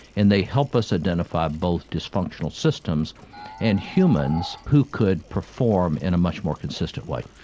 and they help us identify both dysfunctional systems and humans who could perform in a much more consistent way.